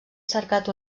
cercat